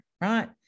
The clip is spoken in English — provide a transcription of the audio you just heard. right